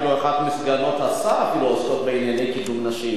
אפילו אחת הסגניות עוסקות בענייני קידום נשים.